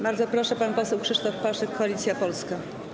Bardzo proszę, pan poseł Krzysztof Paszyk, Koalicja Polska.